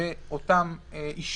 לגבי אותם אישורים.